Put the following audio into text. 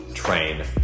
train